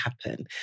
happen